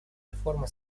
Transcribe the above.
реформа